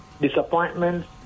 Disappointments